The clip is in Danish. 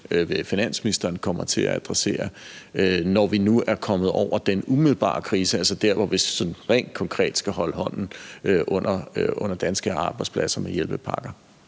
ved finansministeren kommer til at adressere, når vi nu er kommet over den umiddelbare krise, altså der, hvor vi sådan rent konkret skal holde hånden under danske arbejdspladser med hjælpepakker.